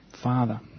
father